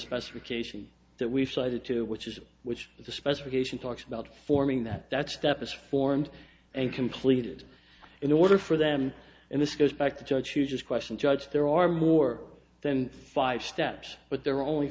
specification that we've cited to which is which is the specification talks about forming that that step is formed and completed in order for them and this goes back to judge you just question judge there are more than five steps but there are only